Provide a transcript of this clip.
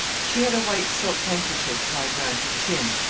she had a white silk handkerchief tied round her chin,